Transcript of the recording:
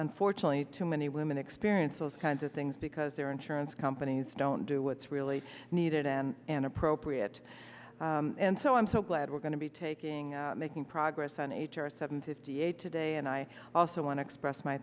unfortunately too many women experience those kinds of things because their insurance companies don't do what's really needed and an appropriate and so i'm so glad we're going to be taking making progress on h r seven fifty eight today and i also want to express my